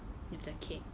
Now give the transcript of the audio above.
with the cake